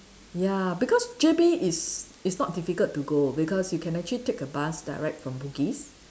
ya because J_B is is not difficult to go because you can take actually take a bus direct from Bugis